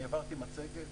אני העברתי מצגת.